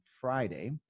Friday